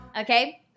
okay